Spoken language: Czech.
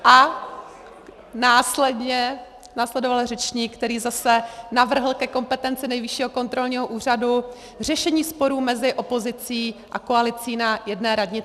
A následoval řečník, který zase navrhl ke kompetenci Nejvyššího kontrolního úřadu řešení sporů mezi opozicí a koalicí na jedné radnici.